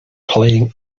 playing